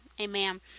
Amen